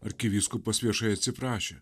arkivyskupas viešai atsiprašė